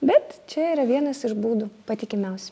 bet čia yra vienas iš būdų patikimiausių